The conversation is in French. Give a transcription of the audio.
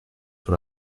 sur